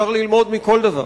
אפשר ללמוד מכל דבר.